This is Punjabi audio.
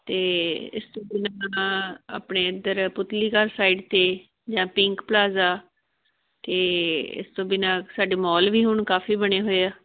ਅਤੇ ਇਸ ਤੋਂ ਬਿਨਾਂ ਆਪਣੇ ਅੰਦਰ ਪੁਤਲੀਗੜ੍ਹ ਸਾਈਡ 'ਤੇ ਜਾਂ ਪਿੰਕ ਪਲਾਜ਼ਾ ਅਤੇ ਇਸ ਤੋਂ ਬਿਨਾਂ ਸਾਡੇ ਮੋਲ ਵੀ ਹੁਣ ਕਾਫੀ ਬਣੇ ਹੋਏ ਆ